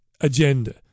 agenda